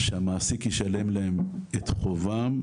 שמהמעסיק ישלם להם את חובם,